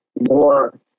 more